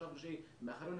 חשבנו שהיא מאחורינו,